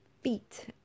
feet